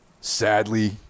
Sadly